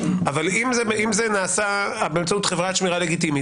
אבל אם זה נעשה באמצעות חברת שמירה לגיטימית